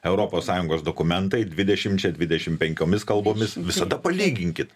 europos sąjungos dokumentai dvidešimčia dvidešim penkiomis kalbomis visada palyginkit